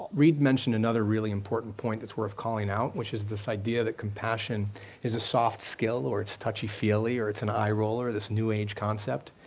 reid mentioned another really important point that's worth calling out, which is this idea that compassion is a soft skill, or it's touch-feely or it's an eye roller, this new age concept.